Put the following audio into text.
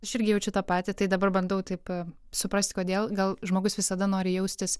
aš irgi jaučiu tą patį tai dabar bandau taip suprasti kodėl gal žmogus visada nori jaustis